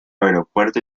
aeropuerto